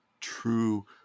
true